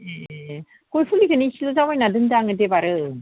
एह गय फुलिखौनो एसेल' जावैना दोनदों आङो एबारै